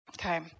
Okay